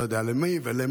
אני לא יודע למי ולמה,